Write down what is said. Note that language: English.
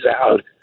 out